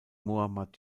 mohammad